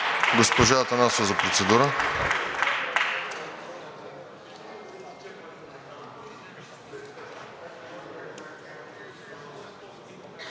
Госпожа Атанасова за процедура.